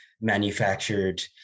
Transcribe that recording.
manufactured